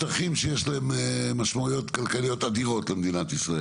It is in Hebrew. שטחים שיש להן משמעויות כלכליות אדירות למדינת ישראל.